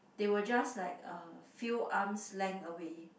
they will just like uh few arms length away